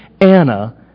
Anna